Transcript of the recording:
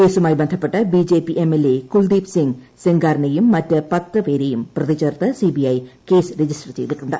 കേസുമായി ബന്ധപ്പെട്ട് B J P M L A Kuldeep സിങ്ങെ സെങ്കാറിനേയും മറ്റ് പത്ത് പേരേയും പ്രതിചേർത്ത് C B I case register ചെയ്തിട്ടുണ്ട്